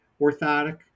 orthotic